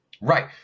Right